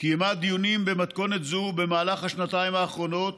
קיימה דיונים במתכונת זו במהלך השנתיים האחרונות